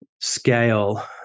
scale